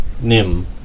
Nim